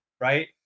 right